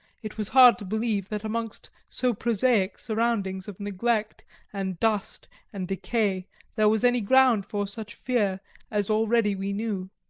it was hard to believe that amongst so prosaic surroundings of neglect and dust and decay there was any ground for such fear as already we knew.